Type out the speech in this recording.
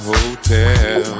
Hotel